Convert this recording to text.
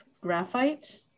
graphite